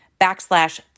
backslash